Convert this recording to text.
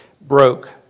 broke